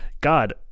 God